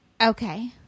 Okay